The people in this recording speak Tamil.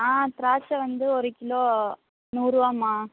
ஆ திராட்சை வந்து ஒரு கிலோ நூறுபாம்மா